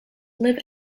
live